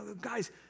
guys